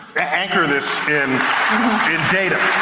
anchor this in in data.